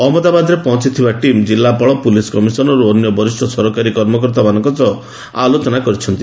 ଅହଜ୍ଞଦାବାଦରେ ପହଞ୍ଚିଥିବା ଟିମ୍ ଜିଲ୍ଲାପାଳ police commissioner ଓ ଅନ୍ୟ ବରିଷ୍ଠ ସରକାରୀ କର୍ମକର୍ତ୍ତାମାନଙ୍କ ସହ ଆଲୋଚନା କରିଛନ୍ତି